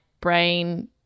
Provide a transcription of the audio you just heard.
brain